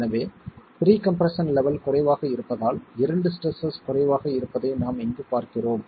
எனவே pre compression level குறைவாக இருப்பதால் இரண்டு ஸ்ட்ரெஸ்ஸஸ் குறைவாக இருப்பதை நாம் இங்கு பார்க்கிறோம்